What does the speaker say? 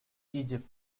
egypt